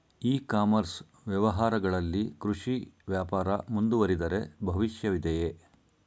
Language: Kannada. ಇ ಕಾಮರ್ಸ್ ವ್ಯವಹಾರಗಳಲ್ಲಿ ಕೃಷಿ ವ್ಯಾಪಾರ ಮುಂದುವರಿದರೆ ಭವಿಷ್ಯವಿದೆಯೇ?